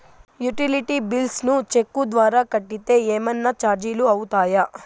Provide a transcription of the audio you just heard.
Utility bills ను cheque ద్వారా కట్టితే ఏమన్నా చార్జీలు అవుతాయా?